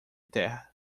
terra